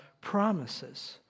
promises